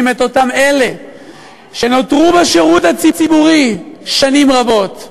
את אותם אלה שנותרו בשירות הציבורי שנים רבות,